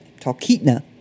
Talkeetna